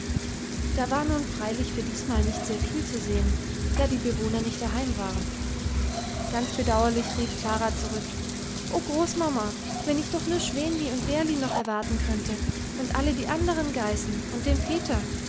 da war nun freilich für diesmal nicht sehr viel zu sehen da die bewohner nicht daheim waren ganz bedauerlich rief klara zurück o großmama wenn ich doch nur schwänli und bärli noch erwarten könnte und alle die anderen geißen und den peter